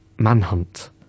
Manhunt